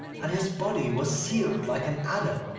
and his body was sealed like an adder.